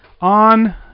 on